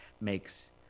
makes